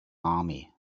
army